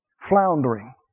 Floundering